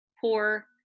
poor